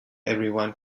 everyone